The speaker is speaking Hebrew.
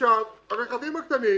הרכבים הקטנים